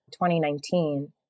2019